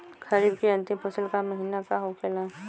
खरीफ के अंतिम फसल का महीना का होखेला?